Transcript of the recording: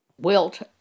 Wilt